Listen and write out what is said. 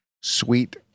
sweet